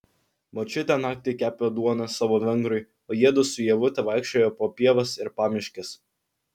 močiutė naktį kepė duoną savo vengrui o jiedu su ievute vaikščiojo po pievas ir pamiškes